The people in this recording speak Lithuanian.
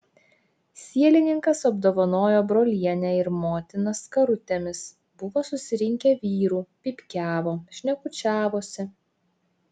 sielininkas apdovanojo brolienę ir motiną skarutėmis buvo susirinkę vyrų pypkiavo šnekučiavosi